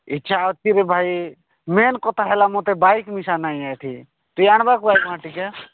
ଇଚ୍ଛା ଅଛିରେ ଭାଇ ମେନ୍ କଥା ହେଲା ମୋତେ ବାଇକ୍ ନିଶା ନାହିଁ ଏଠି ତୁ ଆଣିବାକୁ ଆଇଲୁ ଟିକେ